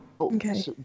okay